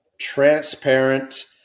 transparent